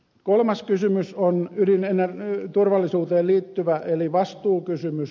kolmas kysymys on turvallisuuteen liittyvä eli vastuukysymys